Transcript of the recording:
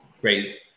great